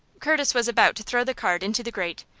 curtis was about to throw the card into the grate,